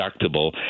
deductible